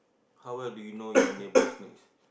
how well do you know your neighbors next